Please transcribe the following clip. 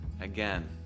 again